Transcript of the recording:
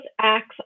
acts